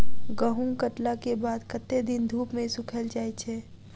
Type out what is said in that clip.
गहूम कटला केँ बाद कत्ते दिन धूप मे सूखैल जाय छै?